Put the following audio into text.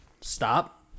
stop